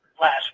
last